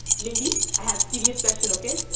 lilly, i have serious question, okay?